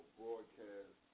broadcast